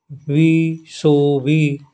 ਵੀਹ ਸੌ ਵੀਹ